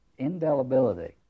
Indelibility